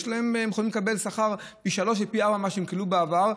הם יכולים לקבל שכר פי שלושה ופי ארבעה ממה שהם קיבלו בעבר,